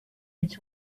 its